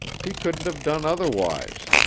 he couldn't have done otherwise.